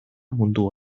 mundu